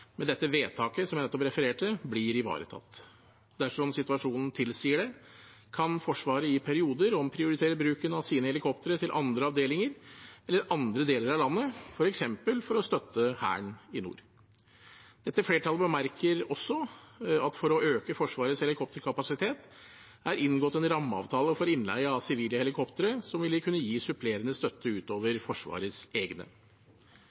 med dette vedtaket jeg nettopp refererte, blir ivaretatt. Dersom situasjonen tilsier det, kan Forsvaret i perioder omprioritere bruken av sine helikoptre til andre avdelinger eller andre deler av landet, f.eks. for å støtte Hæren i nord. Dette flertallet bemerker også at det for å øke Forsvarets helikopterkapasitet er inngått en rammeavtale for innleie av sivile helikoptre som vil kunne gi supplerende støtte utover Forsvarets egne.